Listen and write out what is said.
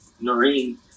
Noreen